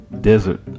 desert